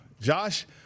Josh